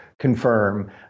confirm